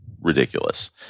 ridiculous